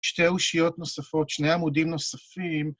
שתי אושיות נוספות, שני עמודים נוספים.